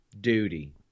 Duty